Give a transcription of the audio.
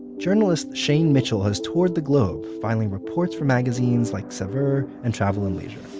journalist shane mitchell has toured the globe, filing reports for magazines like saveur and travel and leisure.